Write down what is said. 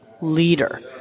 Leader